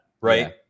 right